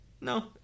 No